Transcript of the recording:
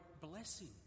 blessing